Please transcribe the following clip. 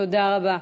תודה רבה.